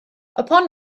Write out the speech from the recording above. upon